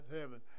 heaven